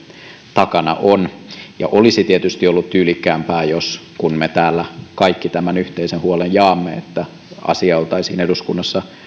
takana on olisi tietysti ollut tyylikkäämpää kun me täällä kaikki tämän yhteisen huolen jaamme että asia oltaisiin eduskunnassa